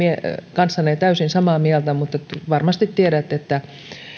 kanssanne täysin samaa mieltä mutta varmasti tiedätte että